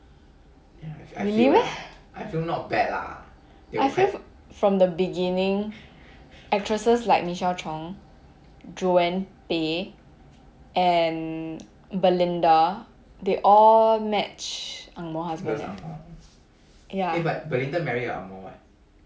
really meh I feel from the beginning actresses like michelle chong joanne peh and belinda they all match angmoh husband eh ya